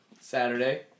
Saturday